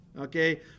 okay